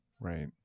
Right